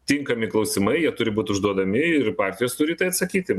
tinkami klausimai jie turi būt užduodami ir partijos turi į tai atsakyti